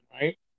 right